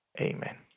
Amen